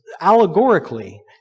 allegorically